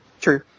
true